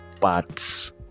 parts